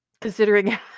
Considering